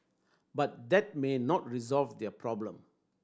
but that may not resolve their problem